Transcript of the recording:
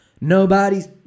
Nobody's